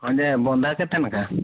ହଁ ଯେ ବନ୍ଧା କେତେ ନେ ଖା